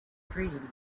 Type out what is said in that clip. dream